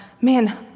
man